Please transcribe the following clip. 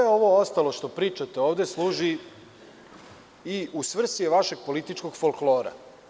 Sve ovo ostalo što pričate ovde služi i u svrsi je vašeg političkog folklora.